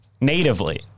natively